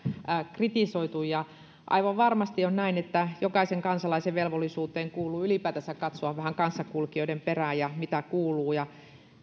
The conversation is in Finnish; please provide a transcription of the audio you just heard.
kritisoitu aivan varmasti on näin että jokaisen kansalaisen velvollisuuteen kuuluu ylipäätänsä katsoa vähän kanssakulkijoiden perään että mitä kuuluu ja